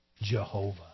Jehovah